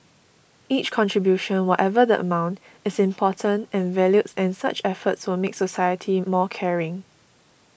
each contribution whatever the amount is important and valued and such efforts will make society more caring